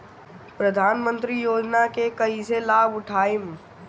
प्रधानमंत्री योजना के कईसे लाभ उठाईम?